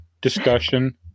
discussion